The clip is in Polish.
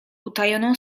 utajoną